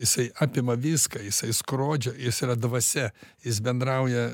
jisai apima viską jisai skrodžia jis yra dvasia jis bendrauja